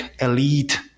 elite